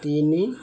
ତିନି